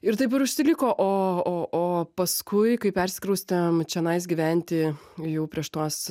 ir taip ir užsiliko o o o paskui kai persikraustėm čianais gyventi jau prieš tuos